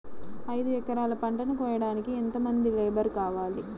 ఐదు ఎకరాల పంటను కోయడానికి యెంత మంది లేబరు కావాలి?